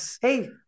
Hey